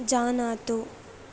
जानातु